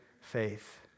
faith